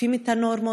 עוקפים את הנורמות,